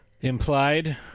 Implied